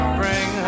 bring